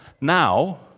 now